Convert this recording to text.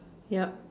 yup